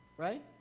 Right